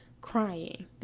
crying